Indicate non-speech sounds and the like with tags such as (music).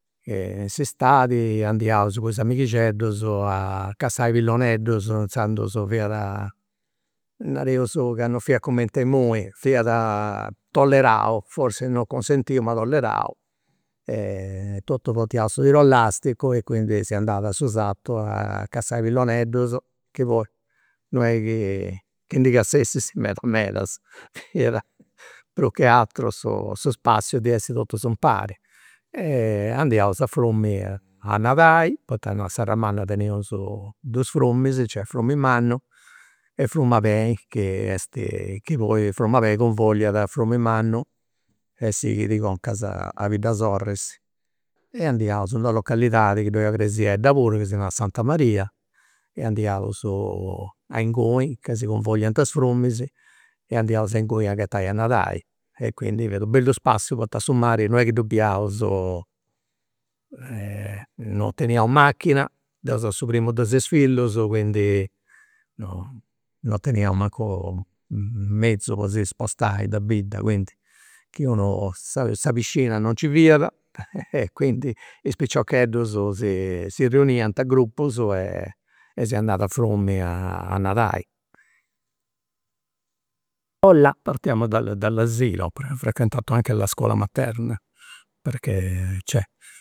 (hesitation) in s'istadi andiaus cun is amighixeddus a cassai pilloneddus, inzandus fiat, nareus chi non fiat cumenti a imui, fiat tollerau forzis non cunsentiu ma tollerau e totus portiaus su tir'elasticu e quindi si andat a su sartu, a cassai pilloneddus, chi poi non est chi si indi cassestist (laughs) meda medas, (laughs) fiat prus chi ateru su spassiu ddi essi totus impari, e andiaus a frumini a nadai, poita innoi a Serramanna teneus dus fruminis, nc'est frumini mannu e frumini abeni chi est, chi poi frumini abeni convogliat in frumini mannu e sighit conch'e a Biddasorris. E andiaus a una localidadi chi ddoi est una cresiedda puru chi si narat santa maria e andiaus inguni a ca si convogliant is fruminis e andiaus inguni a ghetai a nadai e quindi fiat u' bellu spassiu poita su mari non est chi ddu bidiaus (hesitation) non teniaus macchina, deu seu su primu de ses fillus quindi non teniaus mancu (hesitation) mezzu po si spostai de bidda quindi chi unu, sa piscina non nci fiat (laughs) quindi is piciocheddus si si riuniant a gruppus e e si andat a frumini a a nadai (noise) partiamo dall dall'asilo ho frequentato anche la scuola materna, perchè cioè